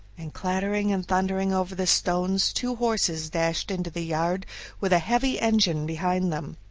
and clattering and thundering over the stones two horses dashed into the yard with a heavy engine behind them.